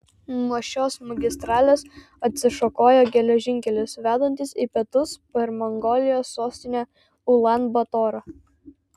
nuo šios magistralės atsišakoja geležinkelis vedantis į pietus per mongolijos sostinę ulan batorą